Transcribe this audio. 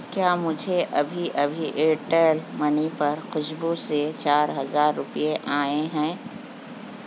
کیا مجھے ابھی ابھی ایرٹیل منی پر خوشبو سے چار ہزار روپیے آئے ہیں